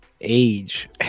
age